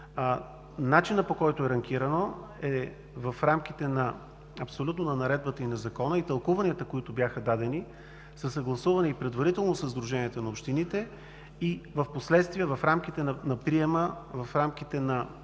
Начинът, по който е ранкирано, е в рамките на Наредбата и на Закона. Тълкуванията, които бяха дадени, са съгласувани предварително със Сдружението на общините и впоследствие в рамките на приема, в рамките на